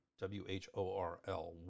W-H-O-R-L